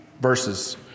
verses